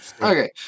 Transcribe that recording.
Okay